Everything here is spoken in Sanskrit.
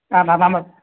आमामामं